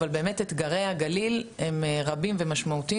אלא פשוט אתגרי הגליל הם רבים ומשמעותיים